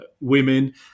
women